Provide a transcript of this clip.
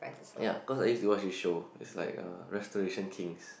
ya cause I used to watch this show is like uh restoration kings